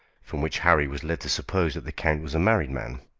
from which harry was led to suppose that the count was a married man